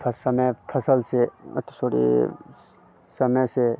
इसका समय फसल से ओह सोरी समय से